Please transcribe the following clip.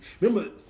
Remember